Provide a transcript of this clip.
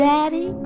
Daddy